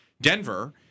Denver